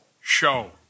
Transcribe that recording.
show